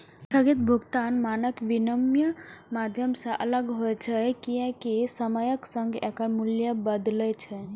स्थगित भुगतान मानक विनमय माध्यम सं अलग होइ छै, कियैकि समयक संग एकर मूल्य बदलै छै